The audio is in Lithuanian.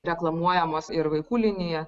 reklamuojamos ir vaikų linija